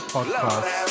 Podcast